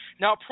now